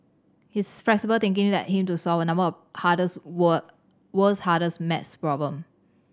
his flexible thinking led him to solve a number of hardest were world's hardest maths problem